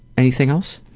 anything else?